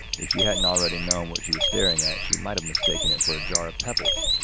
if she hadn't already known what she was staring at she might have mistaken it for a jar of pebbles,